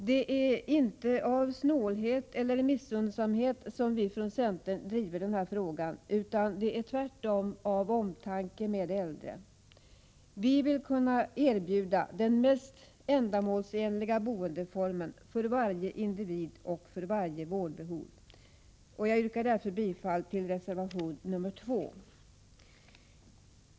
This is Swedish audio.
Det är inte av snålhet eller missunnsamhet som vi från centern driver den här frågan utan tvärtom av omtanke om de äldre. Vi vill kunna erbjuda den mest ändamålsenliga boendeformen för varje individ och för varje vårdbehov. Jag yrkar därför bifall till reservation nr 2.